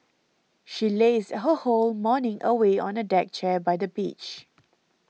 she lazed her whole morning away on a deck chair by the beach